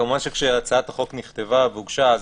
כמובן שכאשר הצעת החוק נכתבה והוגשה,